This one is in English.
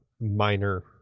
minor